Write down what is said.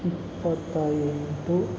ಇಪ್ಪತ್ತ ಎಂಟು